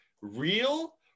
real